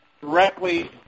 directly